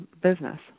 business